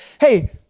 hey